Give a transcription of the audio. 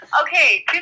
okay